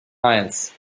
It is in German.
eins